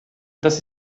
das